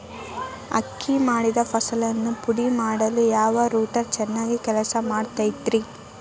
ಅಕ್ಕಿ ಮಾಡಿದ ಫಸಲನ್ನು ಪುಡಿಮಾಡಲು ಯಾವ ರೂಟರ್ ಚೆನ್ನಾಗಿ ಕೆಲಸ ಮಾಡತೈತ್ರಿ?